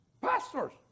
pastors